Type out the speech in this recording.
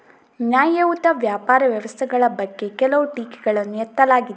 ನ್ಯಾಯಯುತ ವ್ಯಾಪಾರ ವ್ಯವಸ್ಥೆಗಳ ಬಗ್ಗೆ ಕೆಲವು ಟೀಕೆಗಳನ್ನು ಎತ್ತಲಾಗಿದೆ